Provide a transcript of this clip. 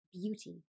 beauty